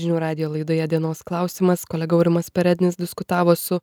žinių radijo laidoje dienos klausimas kolega aurimas perednis diskutavo su